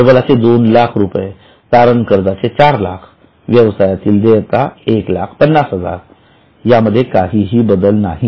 भांडवलाचे २००००० तारण कर्जाचे ४००००० व्यवसायातील देयता १५०००० यामध्ये काहीही बदल नाही